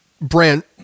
Brent